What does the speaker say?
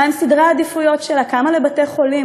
מה הם סדרי העדיפויות שלה: כמה לבתי-חולים,